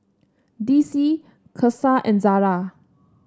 D C Cesar and Zara